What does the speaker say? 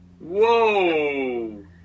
Whoa